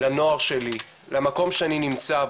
לנוער שלי, למקום שאני נמצא בו,